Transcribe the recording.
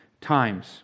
times